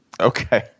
Okay